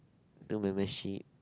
two meh meh sheep